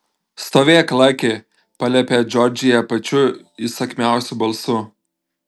stovėk laki paliepė džordžija pačiu įsakmiausiu balsu